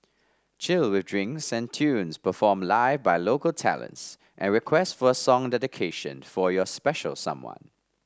chill with drinks and tunes performed live by local talents and request for a song dedication for your special someone